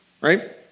right